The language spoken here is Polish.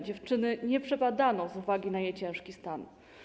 Dziewczyny nie przebadano z uwagi na jej ciężki stan.